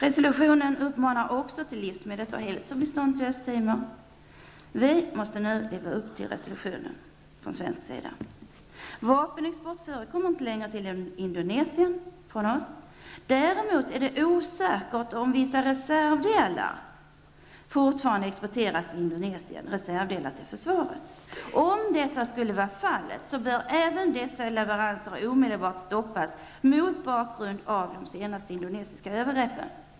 Resolutionen uppmanar också till livsmedels och hälsobistånd till Östtimor. Vi måste från svensk sida nu leva upp till resolutionen. Vapenexport från Sverige förekommer inte längre till Indonesien. Däremot är det osäkert om vissa reservdelar till försvaret fortfarande exporteras till Indonesien. Om detta skulle var fallet bör även dessa leveranser omedelbart stoppas mot bakgrund av de senaste indonesiska övergreppen.